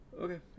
Okay